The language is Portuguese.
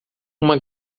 uma